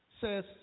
says